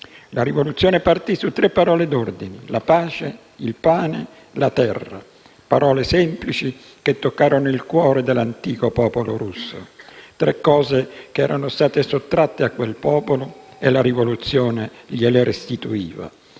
La rivoluzione partì su tre parole d'ordine: la pace, il pane, la terra e parole semplici, che toccarono il cuore dell'antico popolo russo; tre cose che erano state sottratte a quel popolo e la rivoluzione gliele restituì.